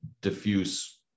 diffuse